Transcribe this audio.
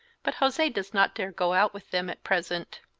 but jose does not dare go out with them at present.